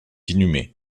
inhumé